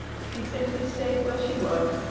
she simply stayed where she was.